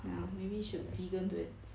maybe should vegan to